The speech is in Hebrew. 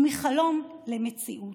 ומחלום למציאות.